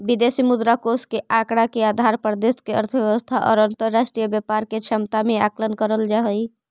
विदेशी मुद्रा कोष के आंकड़ा के आधार पर देश के अर्थव्यवस्था और अंतरराष्ट्रीय व्यापार के क्षमता के आकलन करल जा हई